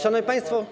Szanowni Państwo!